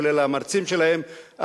כולל המרצים שלהם.